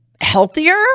healthier